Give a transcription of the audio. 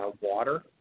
water